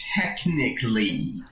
technically